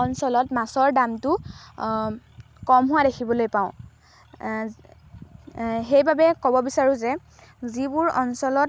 অঞ্চলত মাছৰ দামটো কম হোৱা দেখিবলৈ পাওঁ সেইবাবে ক'ব বিচাৰোঁ যে যিবোৰ অঞ্চলত